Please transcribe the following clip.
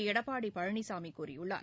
எடப்பாடிபழனிசாமிகூறியுள்ளார்